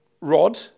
rod